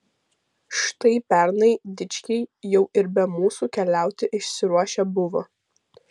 štai pernai dičkiai jau ir be mūsų keliauti išsiruošę buvo